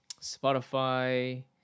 Spotify